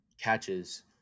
catches